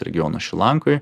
regiono šri lankoj